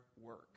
work